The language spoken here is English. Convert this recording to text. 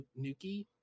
Nuki